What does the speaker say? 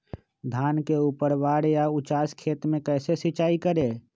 धान के ऊपरवार या उचास खेत मे कैसे सिंचाई करें?